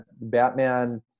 Batman